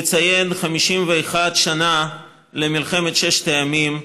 לציין 51 שנה למלחמת ששת הימים,